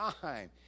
time